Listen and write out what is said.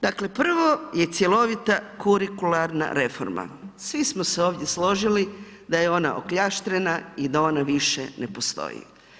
Dakle prvo je cjelovita kurikularna reforma, svi smo se ovdje složili da je ona okljaštrena i da ona više ne postoji.